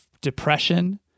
depression